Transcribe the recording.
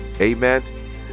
Amen